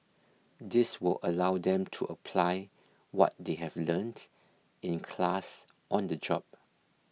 this will allow them to apply what they have learnt in class on the job